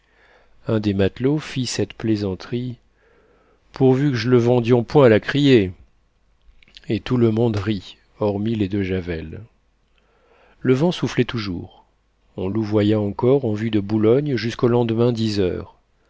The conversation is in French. un des matelots fit cette plaisanterie pourvu que je l'vendions point à la criée et tout le monde rit hormis les deux javel le vent soufflait toujours on louvoya encore en vue de boulogne jusqu'au lendemain dix heures